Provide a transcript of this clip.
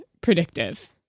predictive